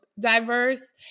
diverse